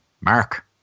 Mark